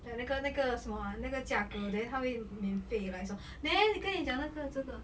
like 那个那个什么 ah 那个价格 then 他会免费 like 说那跟你讲那个这个